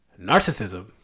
narcissism